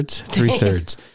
three-thirds